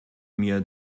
mir